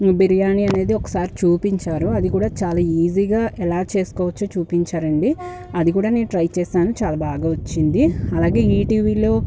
బిర్యానీ అనేది ఒకసారి చూపించారు అది కూడా చాలా ఈజీగా ఎలా చేసుకోవాలో చూపించారండి అది కూడా నేను ట్రై చేశాను చాలా బాగా వచ్చింది అలాగే ఈటీవీలో